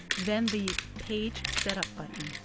then the page setup button.